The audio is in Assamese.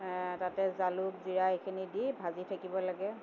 তাতে জালুক জীৰা এইখিনি দি ভাজি থাকিব লাগে